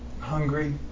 hungry